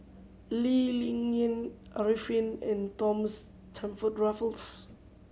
Lee Ling Yen Arifin and Thomas Stamford Raffles